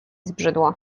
zbrzydło